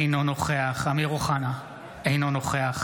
אינו נוכח